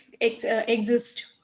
exist